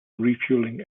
refueling